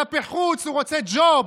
כלפי חוץ הוא רוצה ג'וב,